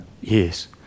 Yes